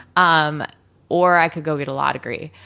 um or i could go get a law degree.